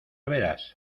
verás